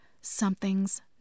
something's